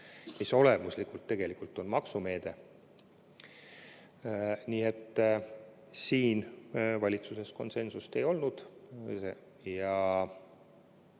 mis olemuslikult tegelikult on maksumeede. Nii et siin valitsuses konsensust ei olnud ja